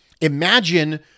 Imagine